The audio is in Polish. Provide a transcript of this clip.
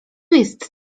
jest